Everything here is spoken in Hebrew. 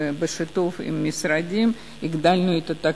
בשיתוף עם המשרדים הגדלנו את התקציב.